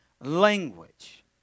language